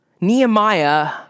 Nehemiah